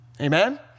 Amen